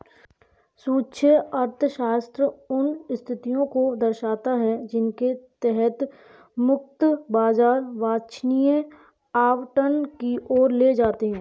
सूक्ष्म अर्थशास्त्र उन स्थितियों को दर्शाता है जिनके तहत मुक्त बाजार वांछनीय आवंटन की ओर ले जाते हैं